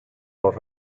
los